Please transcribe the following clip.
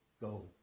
Go